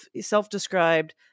self-described